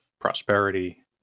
prosperity